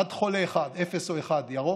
עד חולה אחד, אפס או אחד, ירוק,